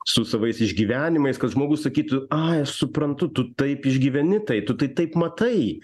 su savais išgyvenimais kad žmogus sakytų ai aš suprantu tu taip išgyveni tai tu tai taip matai